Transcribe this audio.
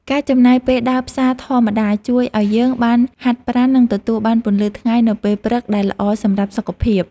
ការចំណាយពេលដើរផ្សារធម្មតាជួយឱ្យយើងបានហាត់ប្រាណនិងទទួលបានពន្លឺថ្ងៃនៅពេលព្រឹកដែលល្អសម្រាប់សុខភាព។